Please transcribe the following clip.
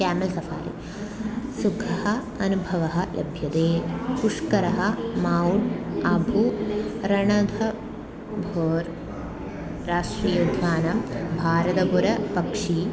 camel safari सुखस्य अनुभवः लभ्यते पुष्करः मौण्ट् अभु रणथंबोर राष्ट्रीय उद्यानं भरतपुरं पक्षी